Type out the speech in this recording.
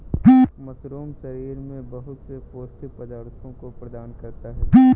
mushroom शरीर में बहुत से पौष्टिक पदार्थों को प्रदान करता है